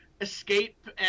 escape